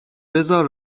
بذار